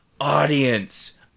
audience